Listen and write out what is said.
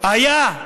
היה?